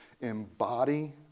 embody